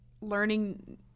learning